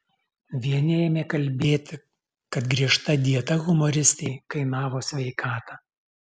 vieni ėmė kalbėti kad griežta dieta humoristei kainavo sveikatą